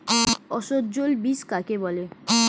অসস্যল বীজ কাকে বলে?